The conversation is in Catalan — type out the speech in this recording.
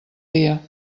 dia